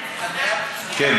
כן,